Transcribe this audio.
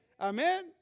Amen